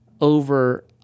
over